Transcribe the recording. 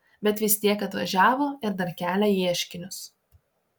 bet vis tiek atvažiavo ir dar kelia ieškinius